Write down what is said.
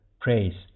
Praise